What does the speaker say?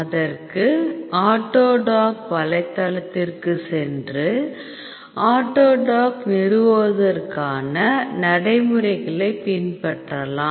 அதற்கு ஆட்டோடாக் வலைத்தளத்திற்கு சென்று ஆட்டோடாக் நிறுவுவதற்கான நடைமுறைகளைப் பின்பற்றலாம்